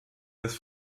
des